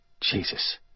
Jesus